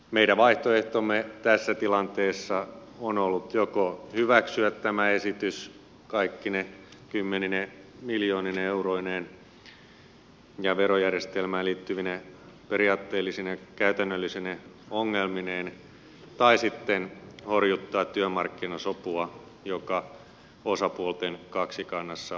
meidän vaihtoehtomme tässä tilanteessa on ollut joko hyväksyä tämä esitys kaikkine kymmenine miljoonine euroineen ja verojärjestelmään liittyvine periaatteellisine ja käytännöllisine ongelmineen tai sitten horjuttaa työmarkkinasopua joka osapuolten kaksikannassa on saavutettu